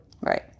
Right